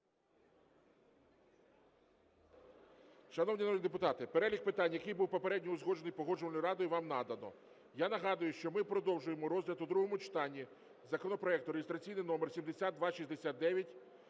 народні депутати, перелік питань, який був попередньо узгоджений Погоджувальною радою, вам надано. Я нагадую, що ми продовжуємо розгляд в другому читанні законопроекту (реєстраційний номер 7269)